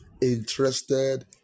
interested